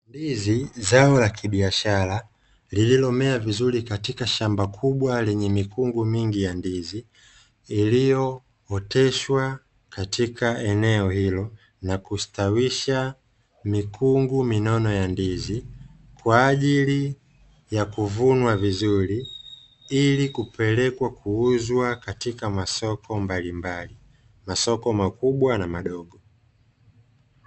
Ndizi, zao la kibiashara lililomea vizuri katika shamba kubwa lenye mikungu mingi ya ndizi, iliyooteshwa katika eneo hilo na kustawisha mikungu minono ya ndizi, kwa ajili ya kuvunwa vizuri ili kupelekwa kuuzwa katika masoko mbalimbali, masoko makubwa na madogo.